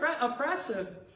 oppressive